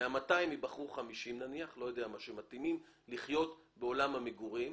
נניח שמ-200 ייבחרו 50 שמתאימים לחיות בעולם המגורים.